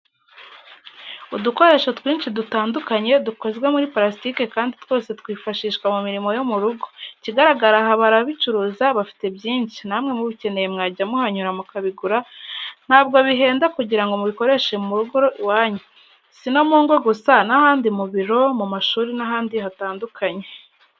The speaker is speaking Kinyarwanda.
Udukoresho twinshi dutandukanye dukozwe muri purasitike kandi twose twifashishwa mu mirimo yo mu rugo, ikigaragara aha barabicuruza bafite byinshi, namwe mubikeneye mwajya muhanyura mukabigura ntabwo bihenda kugira ngo mubikoreshe mu rugo iwanyu, si no mu ngo gusa n'ahandi mu biro, mu mashuri n'ahandi hatandukanye.